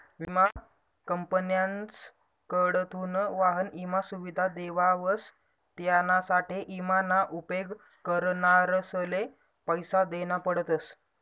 विमा कंपन्यासकडथून वाहन ईमा सुविधा देवावस त्यानासाठे ईमा ना उपेग करणारसले पैसा देना पडतस